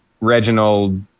Reginald